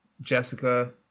Jessica